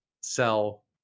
sell